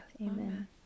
amen